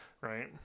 right